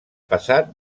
passat